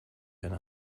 байна